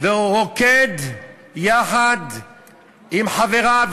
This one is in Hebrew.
ורוקד יחד עם חבריו,